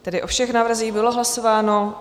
Tedy o všech návrzích bylo hlasováno.